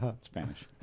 Spanish